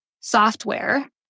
software